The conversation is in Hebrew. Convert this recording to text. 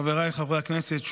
חבריי חברי הכנסת,